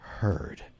Heard